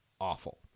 awful